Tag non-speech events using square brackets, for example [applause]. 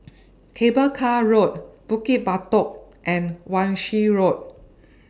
[noise] Cable Car Road Bukit Batok and Wan Shih Road [noise]